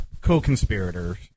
co-conspirators